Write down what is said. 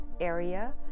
area